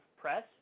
press